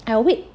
I will wait